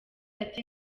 ati